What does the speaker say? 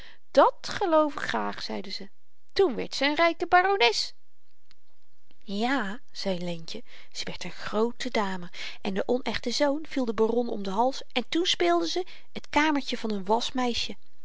dàt geloof ik graag riepen ze toen werd ze n ryke barones ja zei leentje ze werd n groote dame en de onechte zoon viel den baron om den hals en toen speelden ze t kamertje van n